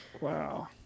Wow